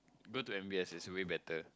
go to M_B_S it's way better